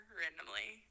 randomly